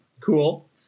cool